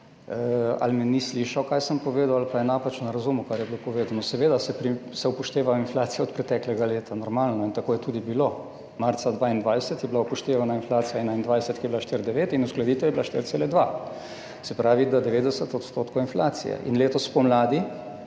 ali me ni slišal, kaj sem povedal, ali pa je napačno razumel, kar je bilo povedano. Seveda se upošteva inflacija od preteklega leta, normalno. In tako je tudi bilo. Marca 2022 je bila upoštevana inflacija 2021, ki je bila 4,9, in uskladitev je bila 4,2, se pravi, da 90 % inflacije. In letos spomladi,